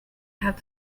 have